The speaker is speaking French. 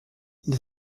les